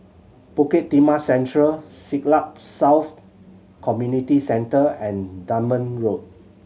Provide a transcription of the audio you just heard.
Bukit Merah Central Siglap South Community Centre and Dunman Road